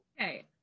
Okay